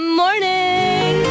morning